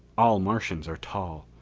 all martians are tall.